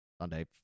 Sunday